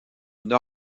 une